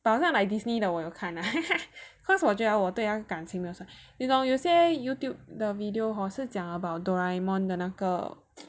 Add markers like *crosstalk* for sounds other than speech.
but 好像 like Disney 的我有看 lah *laughs* cause 我觉得我对他的感情你懂有些 Youtube the video hor 是讲 about the Doraemon 的那个